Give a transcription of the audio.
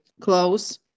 close